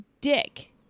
dick